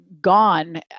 gone